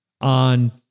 on